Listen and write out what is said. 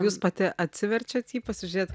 jūs pati atsiverčiat jį pasižiūrėt